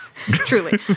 Truly